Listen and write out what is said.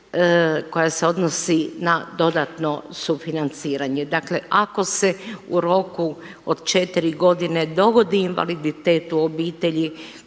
koja se odnosi na dodatno sufinanciranje. Dakle, ako se u roku četiri godine dogodi invaliditet u obitelji